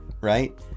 right